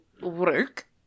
work